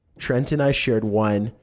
trent and i shared one,